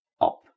up